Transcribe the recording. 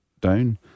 down